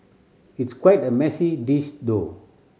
it's quite a messy dish though